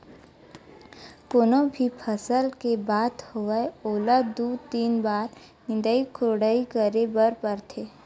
कोनो भी फसल के बात होवय ओला दू, तीन बार निंदई कोड़ई करे बर परथे